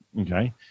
Okay